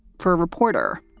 for a reporter,